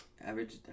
Average